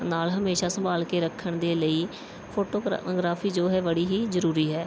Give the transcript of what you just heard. ਨਾਲ ਹਮੇਸ਼ਾਂ ਸੰਭਾਲ ਕੇ ਰੱਖਣ ਦੇ ਲਈ ਫੋਟੋਗ੍ਰਾ ਗ੍ਰਾਫ਼ੀ ਜੋ ਹੈ ਬੜੀ ਹੀ ਜ਼ਰੂਰੀ ਹੈ